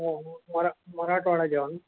हो हो मरा मराठवाडा जेवण